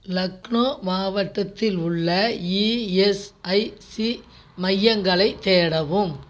லக்னோ மாவட்டத்தில் உள்ள இஎஸ்ஐசி மையங்களைத் தேடவும்